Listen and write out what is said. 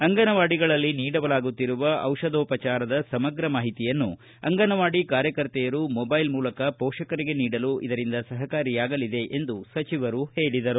ಅಂಗನವಾಡಿಗಳಲ್ಲಿ ನೀಡಲಾಗುತ್ತಿರುವ ದಿಷಾಧೋಪಾಚಾರದ ಸಮಗ್ರ ಮಾಹಿತಿಯನ್ನೂ ಅಂಗನವಾಡಿ ಕಾರ್ಯಕರ್ತೆಯರು ಮೊಬೈಲ್ ಮೂಲಕ ಪೋಷಕರಿಗೆ ನೀಡಲು ಸಹಕಾರಿಯಾಗಲಿದೆ ಎಂದು ಸಚಿವರು ಹೇಳಿದರು